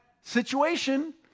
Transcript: situation